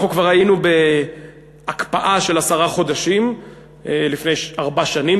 אנחנו כבר היינו בהקפאה של עשרה חודשים לפני ארבע שנים,